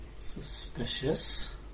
Suspicious